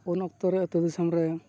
ᱩᱱ ᱚᱠᱛᱚ ᱨᱮ ᱟᱛᱳ ᱫᱤᱥᱚᱢ ᱨᱮ